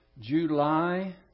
July